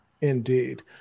Indeed